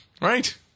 Right